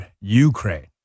Ukraine